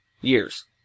years